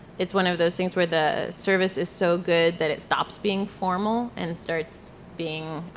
it's one of those things where the service is so good that it stops being formal and starts being